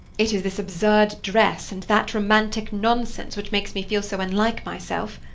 it is this absurd dress and that romantic nonsense which makes me feel so unlike myself,